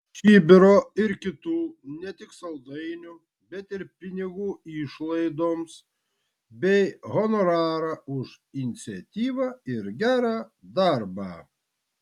čibiro ir kitų ne tik saldainių bet ir pinigų išlaidoms bei honorarą už iniciatyvą ir gerą darbą